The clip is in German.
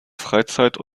freizeit